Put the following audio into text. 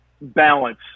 balance